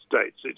States